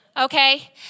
okay